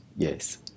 Yes